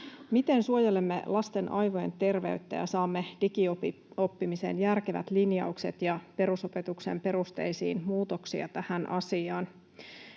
Miten suojelemme lasten aivojen terveyttä ja saamme digioppimiseen järkevät linjaukset ja perusopetuksen perusteisiin muutoksia tähän asiaan?